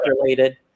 related